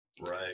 Right